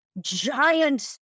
giant